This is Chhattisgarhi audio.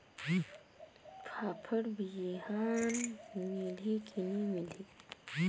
फाफण बिहान मिलही की नी मिलही?